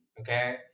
okay